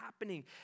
happening